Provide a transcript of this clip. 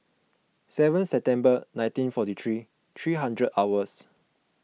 seven September nineteen forty three three hundred hours